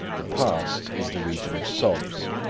the past is the region of sobs,